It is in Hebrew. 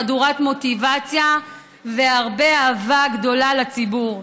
חדורת מוטיבציה והרבה אהבה גדולה לציבור,